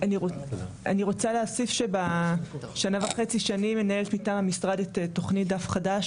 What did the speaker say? אני רוצה להוסיף שבשנה וחצי שאני מנהלת מטעם המשרד את תוכנית "דף חדש",